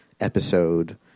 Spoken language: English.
episode